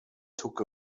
took